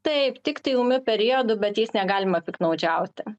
taip tiktai ūmiu periodu bet jais negalima piktnaudžiauti